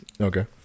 Okay